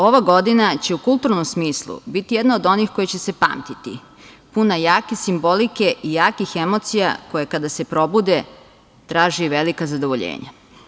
Ova godina će u kulturnom smislu biti jedna od onih koja će se pamtiti, puna jake simbolike i jakih emocije koje kada se probude traže i velika zadovoljenja.